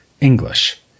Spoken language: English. English